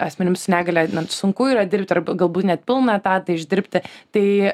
asmenim su negalia na sunku yra dirbti arba galbūt net pilną etatą išdirbti tai